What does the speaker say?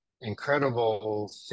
incredible